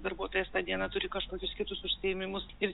darbuotojas tą dieną turi kažkokius kitus užsiėmimus ir